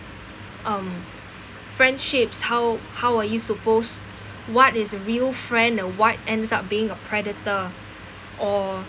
um friendships how how are you suppose what is real friend and what ends up being a predator or